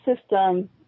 system